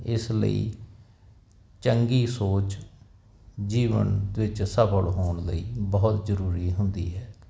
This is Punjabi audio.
ਇਸ ਲਈ ਚੰਗੀ ਸੋਚ ਜੀਵਨ ਵਿੱਚ ਸਫਲ ਹੋਣ ਲਈ ਬਹੁਤ ਜਰੂਰੀ ਹੁੰਦੀ ਹੈ